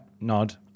nod